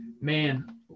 Man